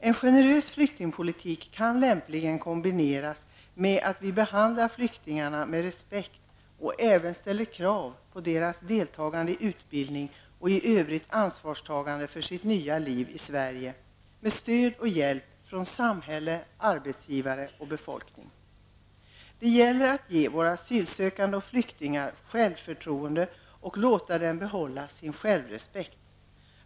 En generös flyktingpolitik kan lämpligen kombineras med att vi behandlar flyktingarna med respekt och även ställer krav på deras deltagande i utbildning och att de i övrigt tar ansvar för sitt nya liv i Sverige med stöd och hjälp från samhälle, arbetsgivare och befolkning. Det gäller att ge våra asylsökande och flyktingar självförtroende och låta dem behålla sin självrespekt.